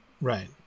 Right